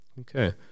Okay